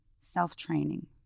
self-training